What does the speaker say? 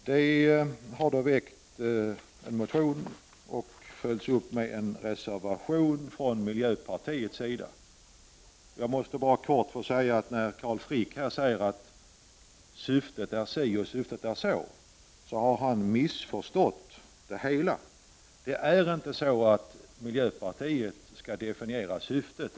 Det har väckts motioner som har följts upp med en reservation från miljöpartiet. Jag måste bara kort få säga att Carl Frick, när han talar om syftet, verkar ha missförstått det hela. Det är inte miljöpartiet som skall definiera syftet.